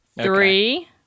Three